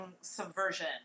subversion